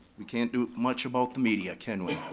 we can't do much about the media, can we?